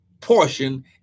portion